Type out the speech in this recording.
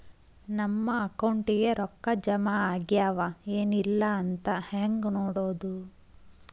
ನಮ್ಮ ಅಕೌಂಟಿಗೆ ರೊಕ್ಕ ಜಮಾ ಆಗ್ಯಾವ ಏನ್ ಇಲ್ಲ ಅಂತ ಹೆಂಗ್ ನೋಡೋದು?